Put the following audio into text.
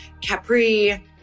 Capri